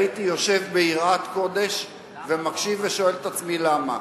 הייתי יושב ביראת קודש ומקשיב ושואל את עצמי למה.